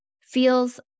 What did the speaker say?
feels